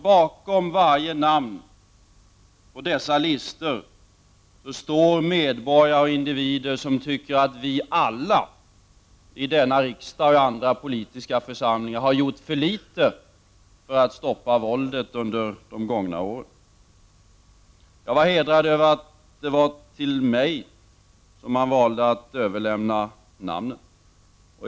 Bakom varje namn på dessa listor står medborgare och individer, som tycker att vi alla i denna riksdag och i andra politiska församlingar har gjort för litet för att stoppa våldet under de gångna åren. Jag var hedrad över att det var till mig som man valde att överlämna namnen.